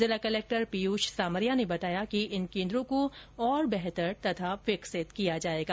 जिला कलेक्टर पीयूष सामरिया ने बताया कि इन केन्द्रों को और बेहतर तथा विकसित भी किया जाएगा